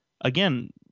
again